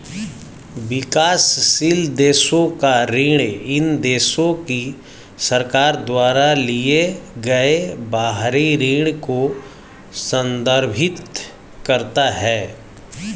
विकासशील देशों का ऋण इन देशों की सरकार द्वारा लिए गए बाहरी ऋण को संदर्भित करता है